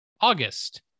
August